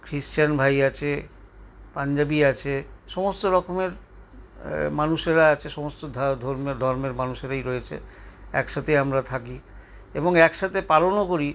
খৃস্টান ভাই আছে পাঞ্জাবি আছে সমস্ত রকমের মানুষেরা আছে সমস্ত ধর্মের মানুষেরাই রয়েছে একসাথে আমরা থাকি এবং একসাথে পালনও করি